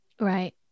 right